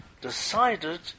decided